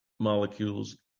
Molecules